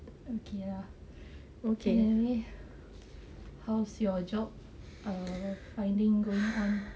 okay lah okay how's your job finding going on